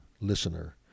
listener